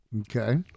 Okay